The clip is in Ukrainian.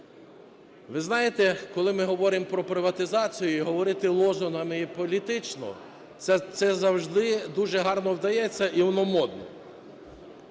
Ви знаєте, коли ми говоримо про приватизацію, говорити лозунгами і політично – це завжди дуже гарно вдається, і воно модно.